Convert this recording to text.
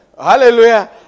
Hallelujah